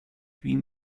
huit